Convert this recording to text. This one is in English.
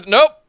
Nope